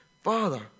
Father